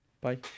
bye